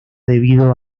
debido